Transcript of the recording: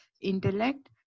intellect